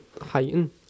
Heighten